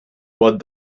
what